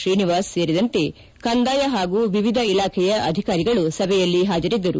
ಶ್ರೀನಿವಾಸ್ ಸೇರಿದಂತೆ ಕಂದಾಯ ಹಾಗೂ ವಿವಿಧ ಇಲಾಖೆಯ ಅಧಿಕಾರಿಗಳು ಸಭೆಯಲ್ಲಿ ಹಾಜರಿದ್ದರು